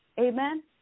Amen